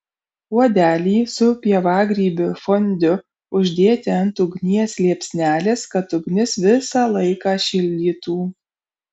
puodelį su pievagrybių fondiu uždėti ant ugnies liepsnelės kad ugnis visą laiką šildytų